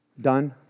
done